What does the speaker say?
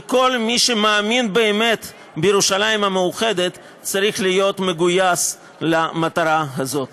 וכל מי שמאמין באמת בירושלים המאוחדת צריך להיות מגויס למטרה הזאת.